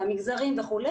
המגזרים וכו',